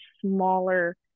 smaller